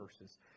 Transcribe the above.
verses